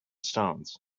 stones